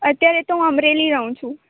અત્યારે તો હું અમરેલી રહું છું